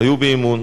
היו באימון